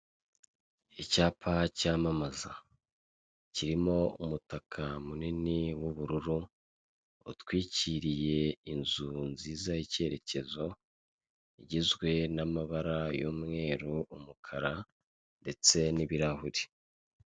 Icyapa cyamamaza. Kirimo umutaka munini w'ubururu, utwikiriye inzu nziza y'icyerekezo, igizwe n'amabara y'umweru, umukara, ndetse n'ibirahuri.